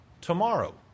tomorrow